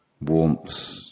warmth